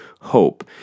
hope